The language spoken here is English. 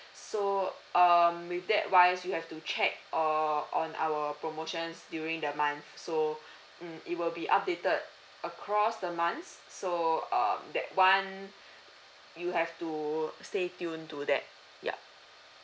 so um with that wise we have to check or on our promotions during the month so mm it will be updated across the months so um that one you have to stay tuned to that ya